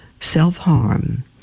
Self-harm